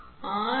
எனவே ஆர்